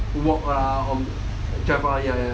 walk lah or drive out ya